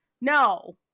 no